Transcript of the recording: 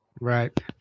Right